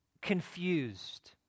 confused